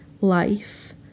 life